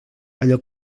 allò